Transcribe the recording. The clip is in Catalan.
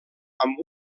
amb